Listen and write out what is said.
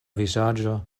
vizaĝo